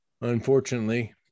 unfortunately